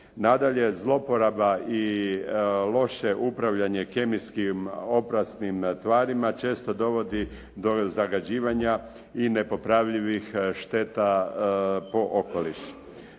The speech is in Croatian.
Nadalje, zloporaba i loše upravljanje kemijskim opasnim tvarima često dovodi do zagađivanja i nepopravljivih šteta po okoliš